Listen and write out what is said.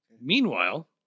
Meanwhile